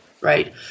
right